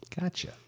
Gotcha